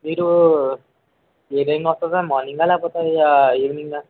మీరు ఈవినింగ్ వస్తుం దా మార్నింగ్గా లేకపోతే ఈవినింగా